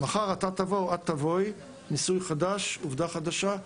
מחר אתה או את תבואו, ניסוי חדש, עובדה חדשה.